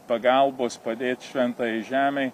pagalbos padėt šventajai žemei